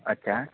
અચ્છા